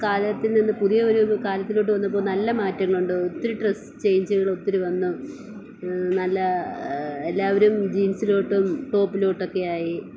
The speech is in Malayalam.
കാലത്തിൽ നിന്ന് പുതിയ ഒരു കാലത്തിലോട്ട് വന്നപ്പോൾ നല്ല മാറ്റം കൊണ്ടു ഒത്തിരി ഡ്രസ്സ് ചേഞ്ചുകൾ ഒത്തിരി വന്നു നല്ല എല്ലാവരും ജീൻസിലോട്ടും ടോപ്പിലോട്ടുമൊക്കെയായി